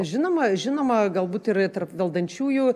žinoma žinoma galbūt ir tarp valdančiųjų